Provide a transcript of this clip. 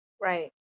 Right